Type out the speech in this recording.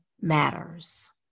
matters